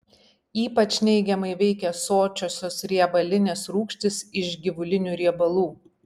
ypač neigiamai veikia sočiosios riebalinės rūgštys iš gyvulinių riebalų